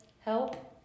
help